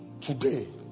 Today